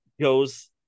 goes